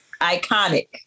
Iconic